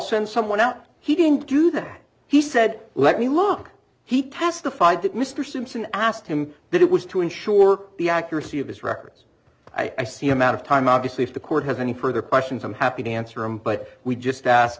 send someone out he didn't do that he said let me look he testified that mr simpson asked him that it was to ensure the accuracy of his records i see him out of time obviously if the court has any further questions i'm happy to answer him but we just ask